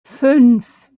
fünf